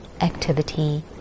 activity